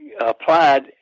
applied